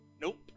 nope